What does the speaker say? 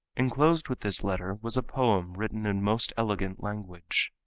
enclosed with this letter was a poem written in most elegant language.